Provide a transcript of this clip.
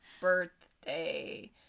birthday